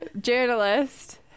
journalist